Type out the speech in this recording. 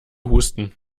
husten